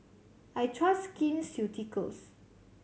I trust Skin Ceuticals